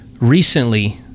recently